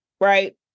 right